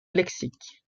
lexique